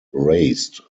raised